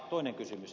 toinen kysymys